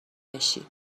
بشی